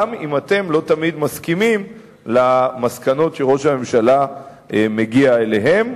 גם אם אתם לא תמיד מסכימים למסקנות שראש הממשלה מגיע אליהן.